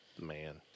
Man